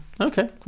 Okay